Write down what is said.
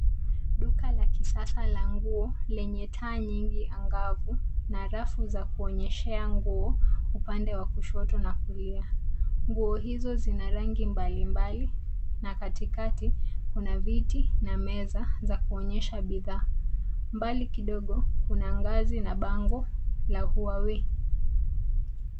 Duka la kisasa la nguo lenye taa nyingi angavu na rafu za kuonyeshea nguo upande wa kushoto na kulia. Nguo hizo zina rangi mbalimbali na katikati kuna viti na meza za kuonyesha bidhaa. Mbali kidogo kuna ngazi na bango la Huawei.